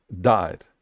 died